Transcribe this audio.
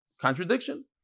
Contradiction